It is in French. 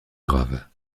grave